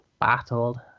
battled